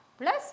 plus